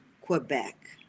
Quebec